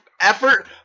effort